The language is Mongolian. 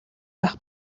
байх